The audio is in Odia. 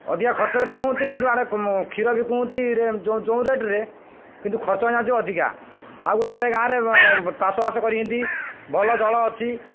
ଅଧିକା ଖର୍ଚ୍ଚରେ ପଡ଼ୁଛନ୍ତି କିନ୍ତୁ ଆଡ଼େ କ୍ଷୀର ବି ବିକୁଛନ୍ତି ଯେଉଁ ରେଟ୍ରେ କିନ୍ତୁ ଖର୍ଚ୍ଚ ନିହାତି ଅଧିକା ଆଉ ଗୋଟେ ଗୋଟେ ଗାଁ ରେ ଚାଷବାସ କରିନ୍ତି ଭଲ ଜଳ ଅଛି